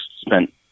spent